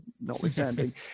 notwithstanding